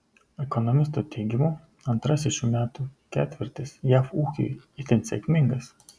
ekonomistų teigimu antrasis šių metų ketvirtis jav ūkiui itin sėkmingas